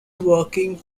working